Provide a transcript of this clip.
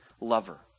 lover